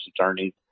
attorneys